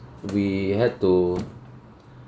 we had to